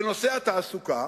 בנושא התעסוקה: